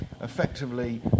effectively